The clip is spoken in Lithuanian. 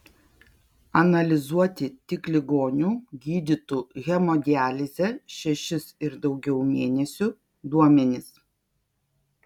analizuoti tik ligonių gydytų hemodialize šešis ir daugiau mėnesių duomenys